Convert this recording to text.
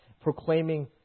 proclaiming